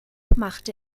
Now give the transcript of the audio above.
machte